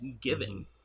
giving